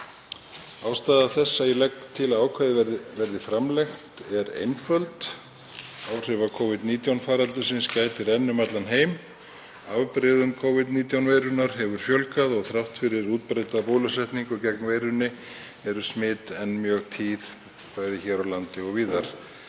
Ástæða þess að ég legg til að ákvæðið verði framlengt er einföld: Áhrifa Covid-19 faraldursins gætir enn um allan heim, afbrigðum Covid-19 veirunnar hefur fjölgað og þrátt fyrir útbreidda bólusetningu gegn veirunni eru smit enn mjög tíð, bæði hér á landi og víðar.